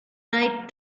right